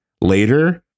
later